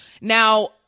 Now